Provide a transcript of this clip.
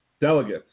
delegates